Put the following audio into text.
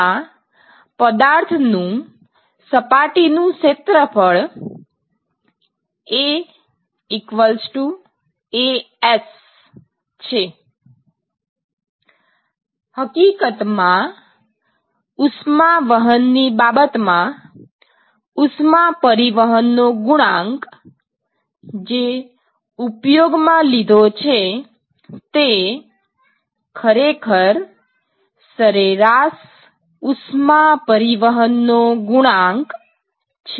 તેમાં પદાર્થનું સપાટીનું ક્ષેત્રફળ AAs છે હકીકતમાં ઉષ્માવહન ની બાબતમાં ઉષ્મા પરિવહનનો ગુણાંક જે ઉપયોગમાં લીધો છે તે ખરેખર "સરેરાશ ઉષ્મા પરિવહનનો ગુણાંક" છે